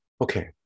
Okay